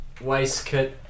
waistcoat